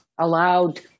allowed